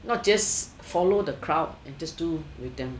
not just follow the crowd and just do with them